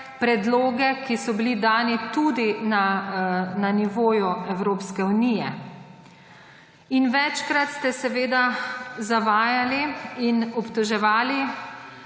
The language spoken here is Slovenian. predloge, ki so bili dani tudi na nivoju Evropske unije. Večkrat ste seveda zavajali in obtoževali